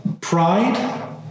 pride